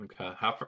Okay